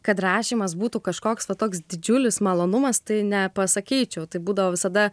kad rašymas būtų kažkoks va toks didžiulis malonumas tai nepasakyčiau tai būdavo visada